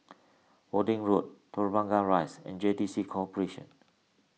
Worthing Road Telok Blangah Rise and J T C Corporation